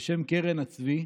בשם "קרן הצבי",